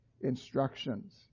instructions